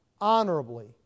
honorably